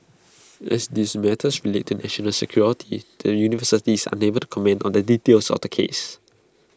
as this matters relates to national security the university is unable to comment on the details of the case